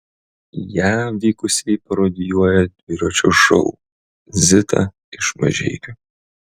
ją vykusiai parodijuoja dviračio šou zita iš mažeikių